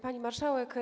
Pani Marszałek!